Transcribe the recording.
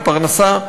ופרנסה,